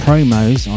promos